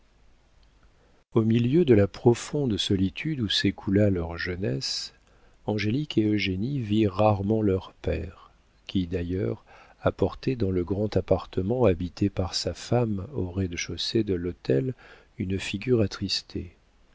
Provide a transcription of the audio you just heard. au milieu de la profonde solitude où s'écoula leur jeunesse angélique et eugénie virent rarement leur père qui d'ailleurs apportait dans le grand appartement habité par sa femme au rez-de-chaussée de l'hôtel une figure attristée